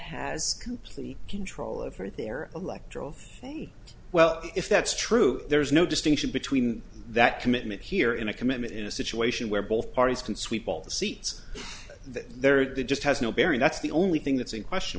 complete control over their electoral well if that's true there's no distinction between that commitment here in a commitment in a situation where both parties can sweep all the seats there it just has no bearing that's the only thing that's in question